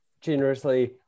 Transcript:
generously